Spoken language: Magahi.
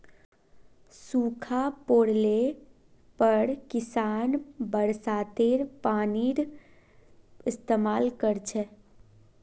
सूखा पोड़ले पर किसान बरसातेर पानीर इस्तेमाल कर छेक